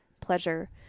pleasure